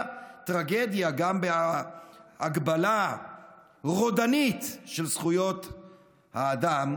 טרגדיה גם בהגבלה רודנית של זכויות האדם,